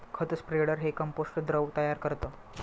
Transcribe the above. खत स्प्रेडर हे कंपोस्ट द्रव तयार करतं